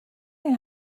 این